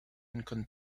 control